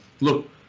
look